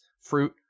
fruit